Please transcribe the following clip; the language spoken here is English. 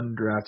undrafted